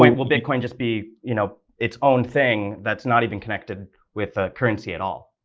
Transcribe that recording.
will bitcoin just be, you know, its own thing that's not even connected with ah currency at all